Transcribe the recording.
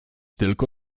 tylko